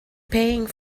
paying